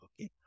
Okay